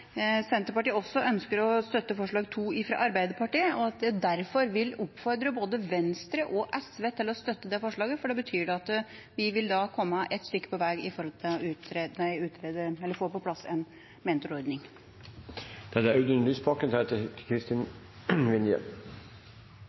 Senterpartiet ønsker å støtte forslag nr. 2, fra Arbeiderpartiet. Jeg vil oppfordre både Venstre og SV til å støtte det forslaget, for det betyr at vi vil komme et stykke på vei når det gjelder å få på plass en